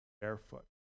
barefoot